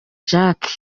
jacques